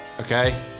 Okay